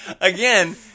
Again